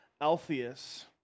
Altheus